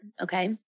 Okay